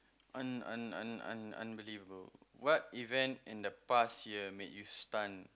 un~ un~ un~ un~ unbelievable what event in the past year made you stun